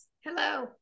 Hello